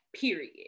period